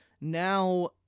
now